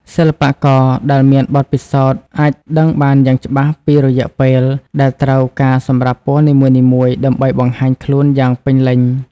សិល្បករដែលមានបទពិសោធន៍អាចដឹងបានយ៉ាងច្បាស់ពីរយៈពេលដែលត្រូវការសម្រាប់ពណ៌នីមួយៗដើម្បីបង្ហាញខ្លួនយ៉ាងពេញលេញ។